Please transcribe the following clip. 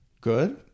Good